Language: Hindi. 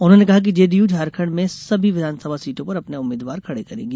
उन्होंने कहा कि जेडीयू झारखंड में सभी विधानसभा सीटों पर अपने उम्मीद्वार खड़े करेगी